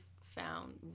found